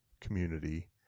community